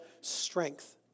strength